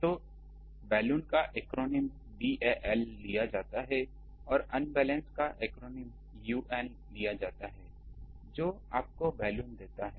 तो बैलेंस का acronym BAL लिया जाता है और अनबैलेंस का एक्रोनीम UN लिया जाता है जो आपको Balun देता है